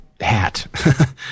hat